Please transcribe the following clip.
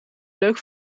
leuk